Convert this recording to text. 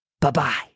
Bye-bye